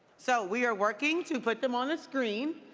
so we are working to put them on the screen.